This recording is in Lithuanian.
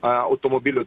a automobilių